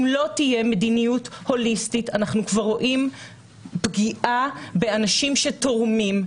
אם לא תהיה מדיניות הוליסטית אנחנו כבר רואים פגיעה באנשים שתורמים,